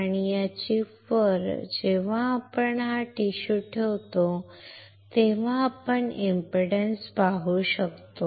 आणि या चिपवर जेव्हा आपण टिश्यू ठेवतो तेव्हा आपण इंपीडन्स पाहू शकतो